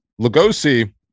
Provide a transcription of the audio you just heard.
Lugosi